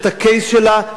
את ה-case שלה,